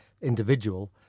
individual